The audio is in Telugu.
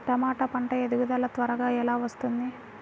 టమాట పంట ఎదుగుదల త్వరగా ఎలా వస్తుంది?